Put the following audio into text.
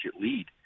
lead